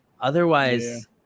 Otherwise